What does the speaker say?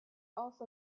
also